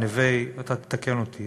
אתה תתקן אותי